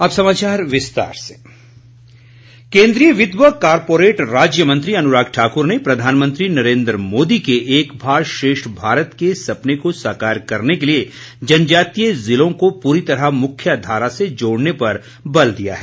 अनुराग ठाकुर केन्द्रीय वित्त व कॉरपोरेट राज्य मंत्री अनुराग ठाकुर ने प्रधानमंत्री नरेन्द्र मोदी के एक भारत श्रेष्ठ भारत के सपने को साकार करने के लिए जनजातीय ज़िलों को पूरी तरह मुख्य धारा से जोड़ने पर बल दिया है